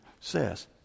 says